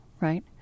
right